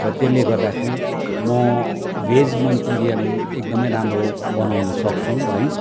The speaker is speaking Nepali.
र त्यसले गर्दाखेरि म भेज मन्चुरियन एकदमै राम्रो बनाउन सक्छु है